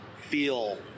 feel